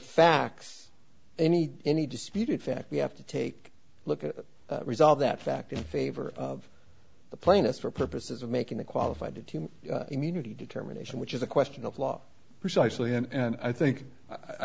facts any any disputed fact we have to take a look at resolve that fact in favor of the plaintiff for purposes of making the qualified the team immunity determination which is a question of law precisely and i think